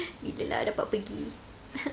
bilalah dapat pergi